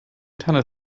tanne